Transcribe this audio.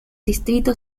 distrito